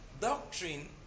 doctrine